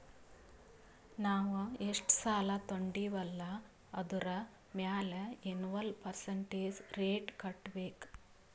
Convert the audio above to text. ನಾವ್ ಎಷ್ಟ ಸಾಲಾ ತೊಂಡಿವ್ ಅಲ್ಲಾ ಅದುರ್ ಮ್ಯಾಲ ಎನ್ವಲ್ ಪರ್ಸಂಟೇಜ್ ರೇಟ್ ಕಟ್ಟಬೇಕ್